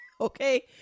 Okay